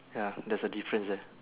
ya that's a difference there